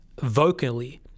vocally